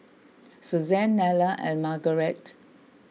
Suzan Nella and Margarete